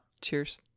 Cheers